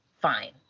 Fine